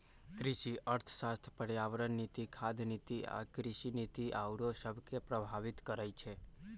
कृषि अर्थशास्त्र पर्यावरण नीति, खाद्य नीति आ कृषि नीति आउरो सभके प्रभावित करइ छै